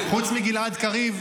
--- חוץ מגלעד קריב,